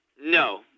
No